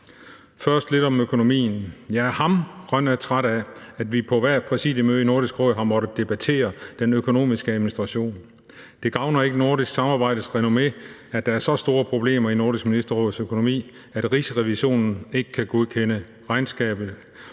Først lidt om økonomien: Jeg er hamrende træt af, at vi på hvert præsidiemøde i Nordisk Råd har måttet debattere den økonomiske administration. Det gavner ikke nordisk samarbejdes renommé, at der er så store problemer i Nordisk Ministerråds økonomi, at Rigsrevisionen ikke kan godkende regnskabet,